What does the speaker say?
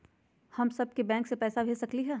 हम सब बैंक में पैसा भेज सकली ह?